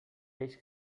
peix